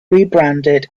rebranded